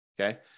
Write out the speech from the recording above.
Okay